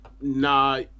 nah